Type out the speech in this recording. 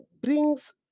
brings